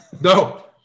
no